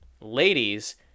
Ladies